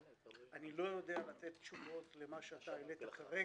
אני לא יודע לתת תשובות למה שהעלית כרגע.